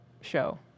show